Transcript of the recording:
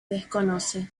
desconoce